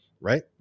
Right